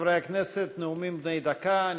חברי הכנסת, נאומים בני דקה.